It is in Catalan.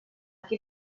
qui